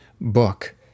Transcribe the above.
book